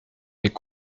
est